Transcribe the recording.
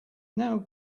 now